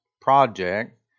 project